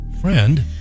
Friend